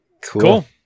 cool